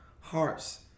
hearts